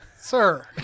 Sir